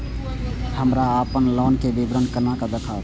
हमरा अपन लोन के विवरण केना देखब?